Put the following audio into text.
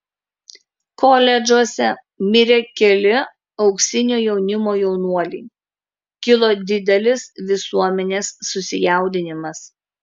koledžuose mirė keli auksinio jaunimo jaunuoliai kilo didelis visuomenės susijaudinimas